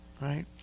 Right